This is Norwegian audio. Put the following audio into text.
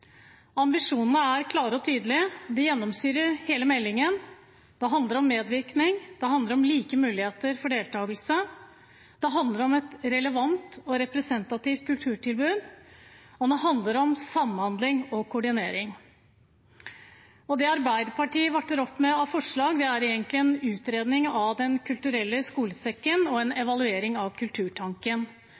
Ambisjonene er klare og tydelige, de gjennomsyrer hele meldingen. Det handler om medvirkning, det handler om like muligheter for deltakelse, det handler om et relevant og representantivt kulturtilbud, og det handler om samhandling og koordinering. Det Arbeiderpartiet varter opp med av forslag, er egentlig en utredning av Den kulturelle skolesekken og en evaluering av Kulturtanken.